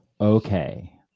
Okay